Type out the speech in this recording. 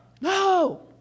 no